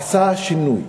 עשה שינוי,